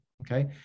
okay